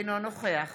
אינו נוכח